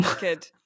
Good